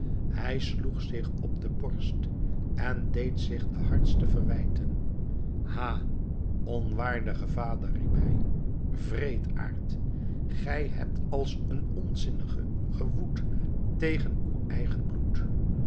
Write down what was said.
hij sloeg zich op de borst en deed zich de hardste verwijten ha onwaardige vader riep hij wreedaard gij hebt als een onzinnige gewoed tegen uw eigen bloed